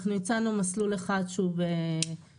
אנחנו הצענו מסלול אחד שהוא בהצהרה,